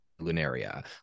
Lunaria